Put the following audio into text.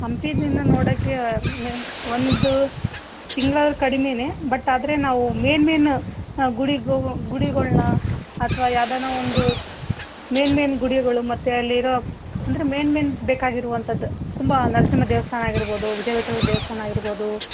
ಹಂಪಿದು ಇನ್ನು ನೋಡೋಕೆ ಮೆ ಒಂದು ತಿಂಗಳಾದ್ರೂ ಕಡಿಮೆಯೇ ಬಟ್ ಆದರೆ ನಾವು ಮೇಯ್ನ್ ಮೇಯ್ನ್ ಗುಡಿಗೋ ಗುಡಿಗಳ್ನ ಅಥವಾ ಯಾವ್ದಾರ ಒಂದು ಮೇಯ್ನ್ ಮೇಯ್ನ್ ಗುಡಿಗಳು ಮತ್ತು ಅಲ್ಲಿರೋ ಅಂದರೆ ಮೇಯ್ನ್ ಮೇಯ್ನ್ ಬೇಕಾಗಿರೋವಂಥದ್ದು ತುಂಬ ನರಸಿಂಹ ದೇವಸ್ಥಾನ ಆಗಿರ್ಬೋದು ವಿಜಯವಿಟ್ಠಲ ದೇವಸ್ಥಾನ ಆಗಿರ್ಬೋದು